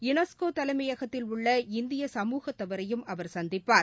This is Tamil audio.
யுனஸ்கோதலைமையகத்தில் உள்ள இந்திய சமூகத்தவரையும் அவர் சந்திப்பார்